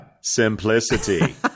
simplicity